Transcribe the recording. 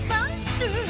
Monster